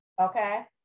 Okay